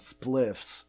spliffs